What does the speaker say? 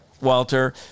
Walter